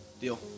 Deal